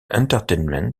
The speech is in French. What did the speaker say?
entertainment